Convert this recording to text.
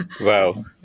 Wow